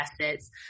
assets